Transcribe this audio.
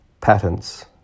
Patents